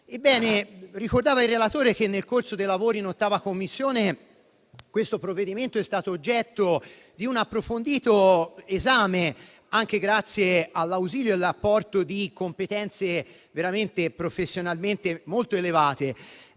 ricordato che nel corso dei lavori in 8ª Commissione il provvedimento è stato oggetto di un approfondito esame, anche grazie all'ausilio e all'apporto di competenze professionalmente molto elevate,